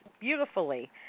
beautifully